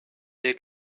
they